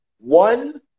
one